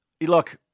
Look